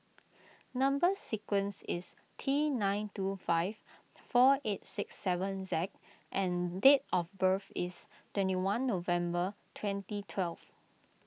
Number Sequence is T nine two five four eight six seven Z and date of birth is twenty one November twenty twelve